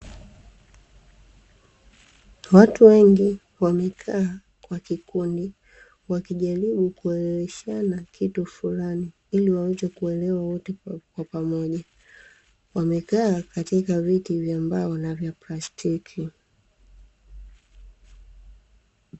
Watu wengi wamekaa kwa kikundi wakijaribu kueleweshana kitu fulani ili waweze kuelewa wote kwa pamoja. Wamekaa katika viti vya mbao na vya plastiki.